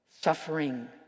suffering